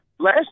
Last